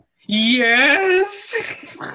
Yes